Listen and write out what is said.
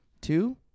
Two